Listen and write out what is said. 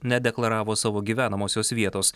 nedeklaravo savo gyvenamosios vietos